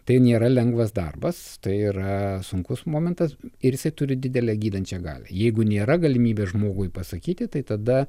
tai nėra lengvas darbas tai yra sunkus momentas ir jisai turi didelę gydančią galią jeigu nėra galimybės žmogui pasakyti tai tada